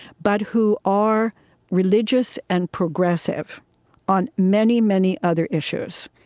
but who are religious and progressive on many, many other issues.